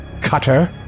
Cutter